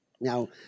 Now